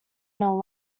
know